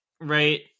right